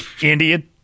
Indian